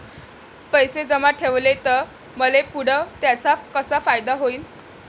पैसे जमा ठेवले त मले पुढं त्याचा कसा फायदा होईन?